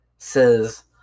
says